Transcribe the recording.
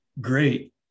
great